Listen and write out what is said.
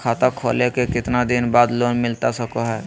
खाता खोले के कितना दिन बाद लोन मिलता सको है?